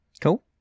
cool